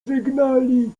wygnali